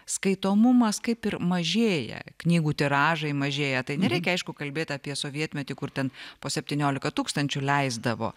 skaitomumas kaip ir mažėja knygų tiražai mažėja tai nereikia aišku kalbėt apie sovietmetį kur ten po septyniolika tūkstančių leisdavo